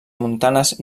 montanes